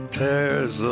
tears